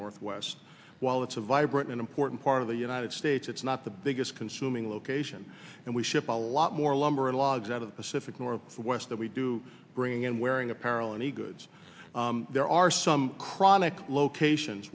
northwest while that's a vibrant and important part of the united states it's not the biggest consuming location and we ship a lot more lumber in logs out of the pacific northwest that we do bring in wearing apparel any goods there are some chronic locations